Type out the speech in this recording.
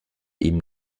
ihm